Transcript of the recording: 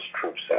troops